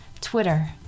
Twitter